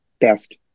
best